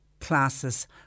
classes